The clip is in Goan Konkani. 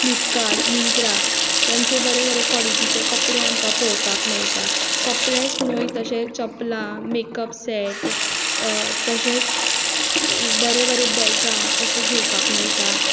फ्लिपकार्ट मिंत्रा तेंचे बरे बरे कॉलेटीचे कपडे आमकां पोवपाक मेयटा कोपडेच न्हूय तशें चपलां मेकप सॅट तशेंच बरें बरें बॅगां अशें घेवपाक मेयटा